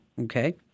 okay